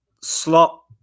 slot